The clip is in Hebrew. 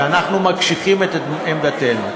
שאנחנו מקשיחים את עמדתנו,